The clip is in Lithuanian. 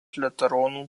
liuteronų